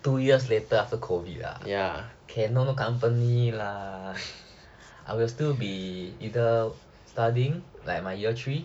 two years later after COVID lah ya cannot no company lah I will still be either studying like my year three